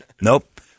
Nope